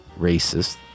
racist